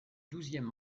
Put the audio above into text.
douzième